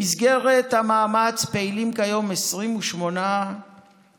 במסגרת המאמץ פועלות כיום 28 מלוניות,